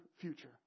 future